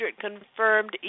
confirmed